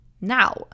now